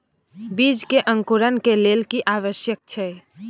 बीज के अंकुरण के लेल की आवश्यक छै?